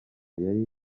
yari